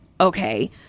Okay